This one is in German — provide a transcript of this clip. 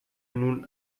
nun